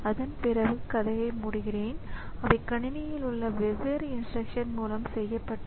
முக்கிய நினைவகத்திலிருந்து டேட்டாவை ஸிபியு இந்த லோக்கல் பஃபருக்கு முன்னும் பின்னும் நகர்த்துகிறது